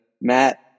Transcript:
Matt